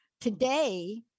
Today